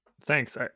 Thanks